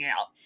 out